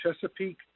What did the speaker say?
Chesapeake